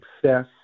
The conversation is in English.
success